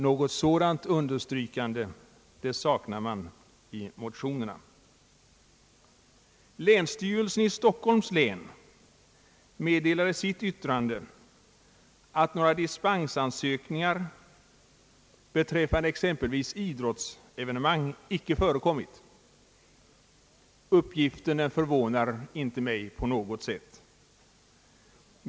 Något sådant understrykande saknar man i motionerna. Länsstyrelsen i Stockholms län meddelar i sitt yttrande att några dispensansökningar beträffande exempelvis idrottsevenemang icke förekommit. Uppgiften förvånar inte mig på något sätt.